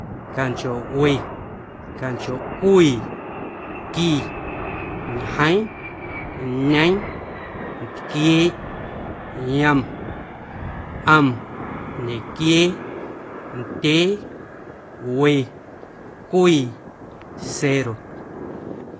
Canchowe, canchocwii, qui, ñjeeⁿ, ñeeⁿ, ntquieeꞌ, yom, ꞌom, ñequiee, ndyee, we, cwii, cero.